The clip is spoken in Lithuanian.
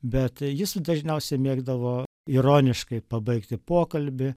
bet jis dažniausia mėgdavo ironiškai pabaigti pokalbį